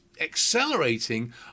accelerating